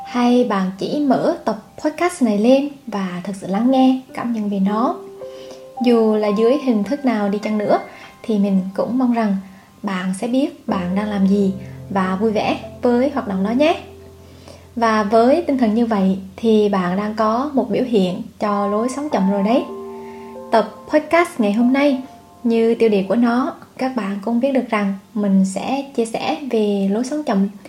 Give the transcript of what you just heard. Hay bạn chỉ mở tập podcast này lên và thực sự lắng nghe cảm nhận về nó. Dù là dưới hình thức nào đi chăng nữa, thì mình cũng mong rằng bạn sẽ biết bạn đang làm gì và vui vẻ với hoạt động đó nhé. Và với tinh thần như vậy thì bạn đang có một biểu hiện cho lối sống chậm rồi đấy. Tập podcast ngày hôm nay, như tiêu đề của nó, các bạn cũng biết được rằng mình sẽ chia sẻ về lối sống chậm.